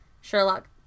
Sherlock